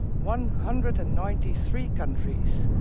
one hundred and ninety three countries,